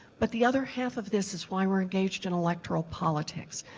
but the other half of this is why we are engaged in electoral politics.